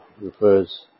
refers